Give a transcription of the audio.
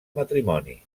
matrimoni